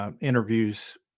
interviews